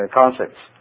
concepts